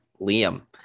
Liam